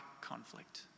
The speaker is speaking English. conflict